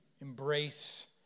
embrace